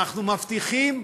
אנחנו מבטיחים,